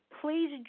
Please